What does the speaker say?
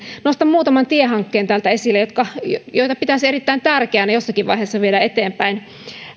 nostan muutaman tiehankkeen täältä esille joita pitäisin erittäin tärkeänä jossakin vaiheessa viedä eteenpäin